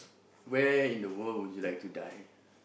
where in the world would you like to die